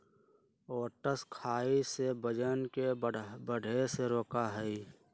oats खाई से वजन के बढ़े से रोका हई